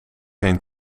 heen